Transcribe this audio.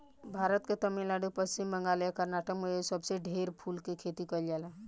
भारत के तमिलनाडु, पश्चिम बंगाल आ कर्नाटक में सबसे ढेर फूल के खेती कईल जाला